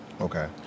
Okay